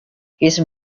his